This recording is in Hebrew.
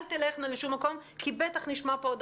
אל תלכנה לשום מקום כי בטח נשמע פה עוד